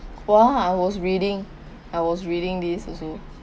!wah! I was reading I was reading this also